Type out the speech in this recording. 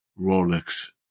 Rolex